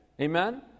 Amen